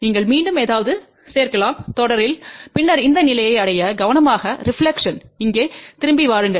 நீங்கள் மீண்டும் ஏதாவது சேர்க்கலாம் தொடரில் பின்னர் இந்த நிலையை அடைய கவனமாக ரெப்லக்க்ஷன் இங்கே திரும்பி வாருங்கள்